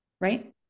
right